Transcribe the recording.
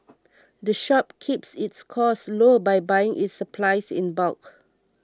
the shop keeps its costs low by buying its supplies in bulk